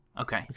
Okay